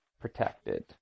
Protected